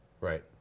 Right